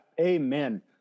Amen